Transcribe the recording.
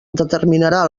determinarà